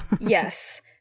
Yes